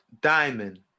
diamond